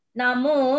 namo